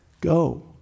Go